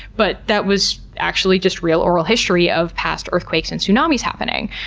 but that was actually just real oral history of past earthquakes and tsunamis happening.